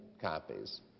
copies